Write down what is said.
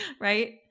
right